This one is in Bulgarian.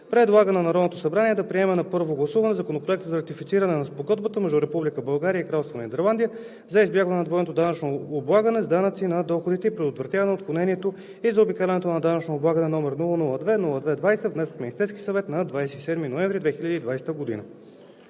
предлага на Народното събрание да приеме на първо гласуване Законопроект за ратифициране на Спогодбата между Република България и Кралство Нидерландия за избягване на двойното данъчно облагане с данъци на доходите и предотвратяване, отклонението и заобикаляне на данъчно облагане, № 002-02-20, внесен от Министерския съвет на 27 ноември 2020 г.“